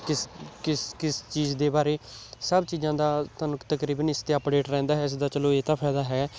ਕਿਸ ਕਿਸ ਕਿਸ ਚੀਜ਼ ਦੇ ਬਾਰੇ ਸਭ ਚੀਜ਼ਾਂ ਦਾ ਤੁਹਾਨੂੰ ਤਕਰੀਬਨ ਇਸ 'ਤੇ ਅਪਡੇਟ ਰਹਿੰਦਾ ਹੈ ਇਸ ਦਾ ਚਲੋ ਇਹ ਤਾਂ ਫਾਇਦਾ ਹੈ